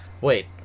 wait